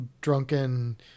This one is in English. drunken